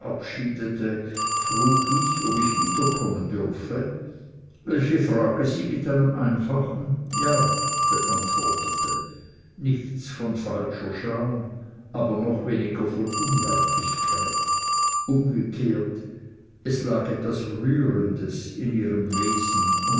ich ob ich wiederkommen dürfe welche frage sie mit einem einfachen ja beantwortete nichts von falscher scham aber noch weniger von unweiblichkeit umgekehrt es lag etwas rührendes in ihrem wesen